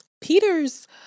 Peter's